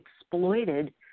exploited